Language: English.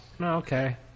okay